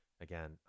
Again